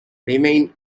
remain